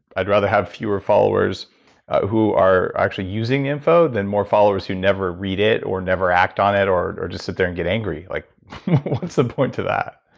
i'd rather have fewer followers who are actually using info, than more followers who you never read it or never act on it or or just sit there and get angry. like what's the point to that?